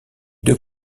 deux